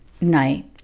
night